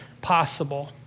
possible